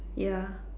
ya